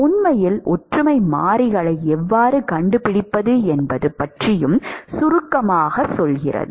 உண்மையில் ஒற்றுமை மாறிகளை எவ்வாறு கண்டுபிடிப்பது என்பது பற்றியும் சுருக்கமாகச் சொல்கிறது